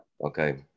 Okay